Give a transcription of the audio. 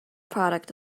product